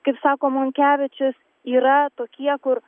kaip sako monkevičius yra tokie kur